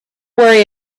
worry